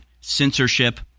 censorship